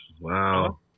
Wow